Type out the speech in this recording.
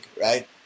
right